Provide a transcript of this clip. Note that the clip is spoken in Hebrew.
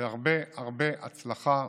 והרבה הרבה הצלחה